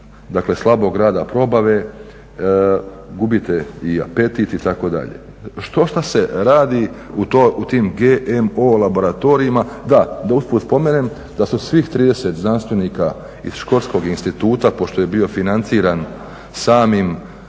dakle slabog rada probave, gubite i apetit itd. Štošta se radi u tim GMO laboratorijima, da usput spomenem da su svih 30 znanstvenika iz Škotskog instituta pošto je bio financiran samom